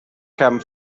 come